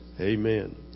amen